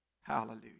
Hallelujah